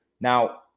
Now